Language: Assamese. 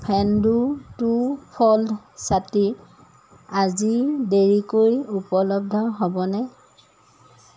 ফেন্দো টু ফ'ল্ড ছাতি আজি দেৰিকৈ উপলব্ধ হ'বনে